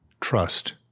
Trust